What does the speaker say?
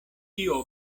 kio